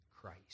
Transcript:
Christ